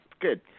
good